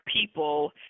people